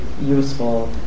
useful